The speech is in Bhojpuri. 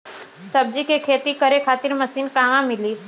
सब्जी के खेती करे खातिर मशीन कहवा मिली?